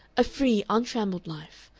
a free, untrammelled life,